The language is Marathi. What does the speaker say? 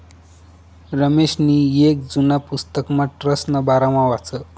रमेशनी येक जुना पुस्तकमा ट्रस्टना बारामा वाचं